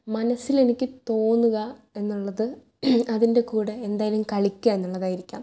മനസ്സിലെനിക്ക് തോന്നുക എന്നുള്ളത് അതിൻ്റെ കൂടെ എന്തായാലും കളിക്കുക എന്നുള്ളതായിരിക്കാം